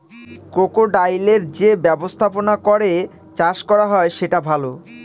ক্রোকোডাইলের যে ব্যবস্থাপনা করে চাষ করা হয় সেটা ভালো